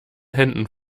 händen